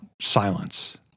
silence